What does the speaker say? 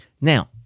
Now